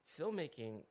filmmaking